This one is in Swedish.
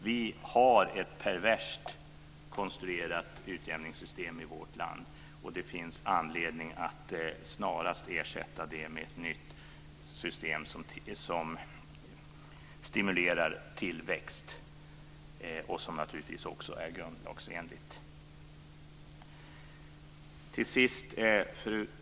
Vi har ett perverst konstruerat utjämningssystem i vårt land, och det finns anledning att snarast ersätta det med ett nytt system som stimulerar tillväxt och som är grundlagsenligt. Fru talman!